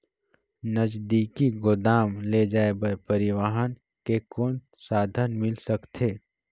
नजदीकी गोदाम ले जाय बर परिवहन के कौन साधन मिल सकथे?